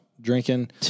drinking